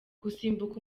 gusimbuka